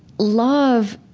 love,